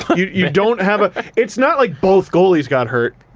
you you don't have ah it's not like both goalies got hurt.